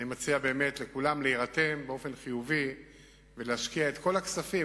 אני מציע לכולם להירתם באופן חיובי ולהשקיע את כל הכספים,